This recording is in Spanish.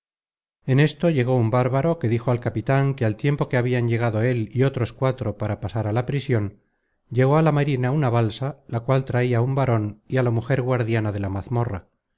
en esto llegó un bárbaro que dijo al capitan que al tiempo que habian llegado él y otros cuatro para pasar a la prision llegó á la marina una balsa la cual traia un varon y á la mujer guardiana de la mazmorra